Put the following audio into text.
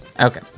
Okay